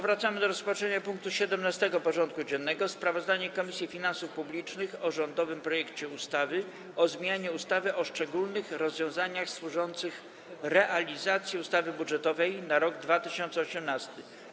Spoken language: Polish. Powracamy do rozpatrzenia punktu 17. porządku dziennego: Sprawozdanie Komisji Finansów Publicznych o rządowym projekcie ustawy o zmianie ustawy o szczególnych rozwiązaniach służących realizacji ustawy budżetowej na rok 2018.